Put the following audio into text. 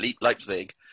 Leipzig